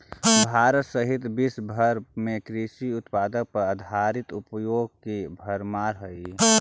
भारत सहित विश्व भर में कृषि उत्पाद पर आधारित उद्योगों की भरमार हई